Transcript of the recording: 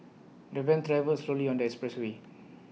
the van travelled slowly on the expressway